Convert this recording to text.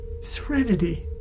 serenity